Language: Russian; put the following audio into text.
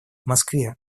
москве